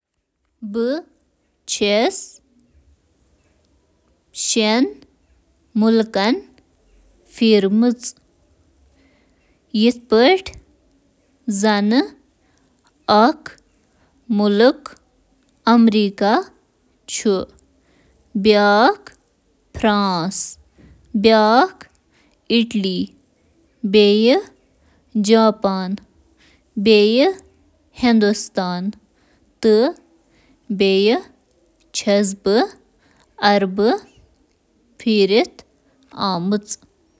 مےٚ چھُ واریاہَن مُلکَن ہُنٛد دورٕ کوٚرمُت یِتھ کٔنۍ سعودی عرب، عراق، ایران تہٕ باقی۔